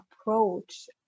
approach